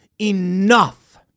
Enough